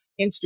Instagram